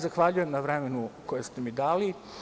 Zahvaljujem se na vremenu koje ste mi dali.